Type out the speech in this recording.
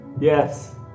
Yes